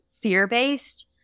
fear-based